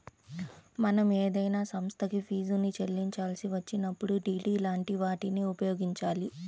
మనం ఏదైనా సంస్థకి ఫీజుని చెల్లించాల్సి వచ్చినప్పుడు డి.డి లాంటి వాటిని ఉపయోగించాలి